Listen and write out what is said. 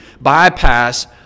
bypass